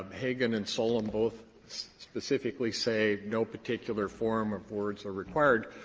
um hagen and solem both specifically say no particular form of words are required.